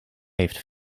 heeft